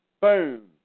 boom